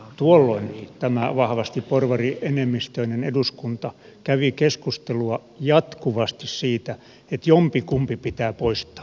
tuolloin tämä vahvasti porvarienemmistöinen eduskunta kävi keskustelua jatkuvasti siitä että jompikumpi pitää poistaa